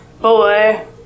boy